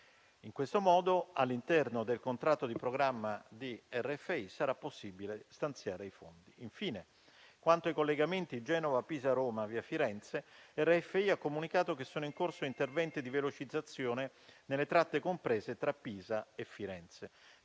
In questo modo, all'interno del contratto di programma di RFI sarà possibile stanziare i fondi. Infine, quanto ai collegamenti tra Genova, Pisa e Roma via Firenze, RFI ha comunicato che sono in corso interventi di velocizzazione nelle tratte comprese tra Pisa e Firenze,